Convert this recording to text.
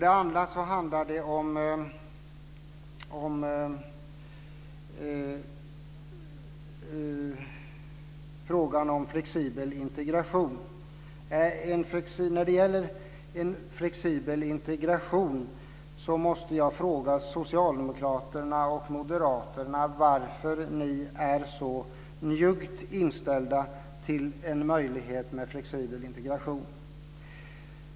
Sedan handlar det också om flexibel integration, och då måste jag fråga socialdemokraterna och moderaterna varför ni är så njuggt inställda till en sådan.